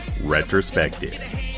Retrospective